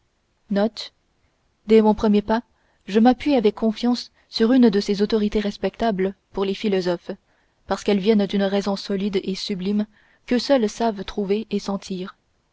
note dès mon premier pas je m'appuie avec confiance sur une de ces autorités respectables pour les philosophes parce qu'elles viennent d'une raison solide et sublime qu'eux seuls savent trouver et sentir